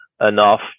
enough